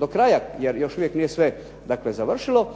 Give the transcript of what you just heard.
do kraja jer još uvijek nije sve završilo.